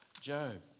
Job